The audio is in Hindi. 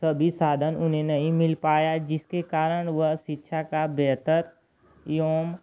सभी साधन उन्हें नहीं मिल पाया जिसके कारण वह शिक्षा का बेहतर एवं